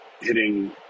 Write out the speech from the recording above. hitting